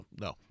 No